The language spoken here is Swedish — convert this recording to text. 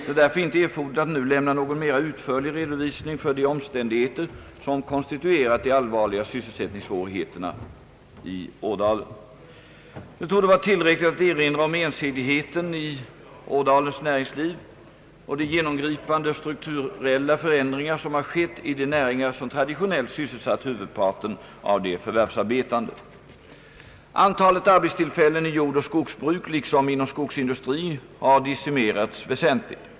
Det är därför inte erforderligt att nu lämna någon mera utförlig redovisning för de omständigheter som konstituerat de allvarliga sysselsättningssvårigheterna i området. Det torde vara tillräckligt att erinra om ensidigheten i Ådalens näringsliv och de genomgripande strukturella förändringar som har skett i de näringar som traditionellt sysselsatt huvudparten av de förvärvsarbetande. Antalet arbetstillfällen i jordoch skogsbruk liksom inom skogsindustrin har decimerats väsentligt.